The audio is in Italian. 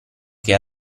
che